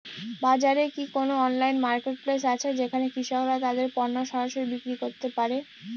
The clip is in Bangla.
বাজারে কি কোন অনলাইন মার্কেটপ্লেস আছে যেখানে কৃষকরা তাদের পণ্য সরাসরি বিক্রি করতে পারে?